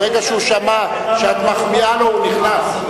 ברגע שהוא שמע שאת מחמיאה לו הוא נכנס.